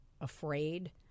afraid